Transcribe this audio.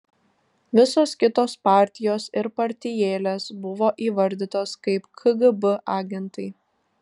visos kitos partijos ir partijėlės buvo įvardytos kaip kgb agentai